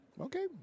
Okay